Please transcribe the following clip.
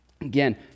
Again